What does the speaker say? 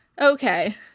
Okay